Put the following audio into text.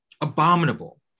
abominable